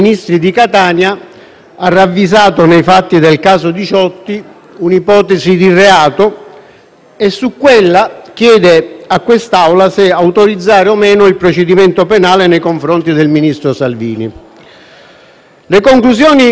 e su quella chiede a quest'Assemblea se autorizzare o meno il procedimento penale nei confronti del ministro Salvini. Le conclusioni della relazione di maggioranza presentano, a mio avviso, errori di valutazione